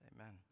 Amen